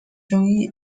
争议